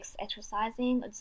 exercising